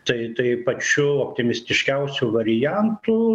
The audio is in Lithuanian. tai tai pačiu optimistiškiausiu variantu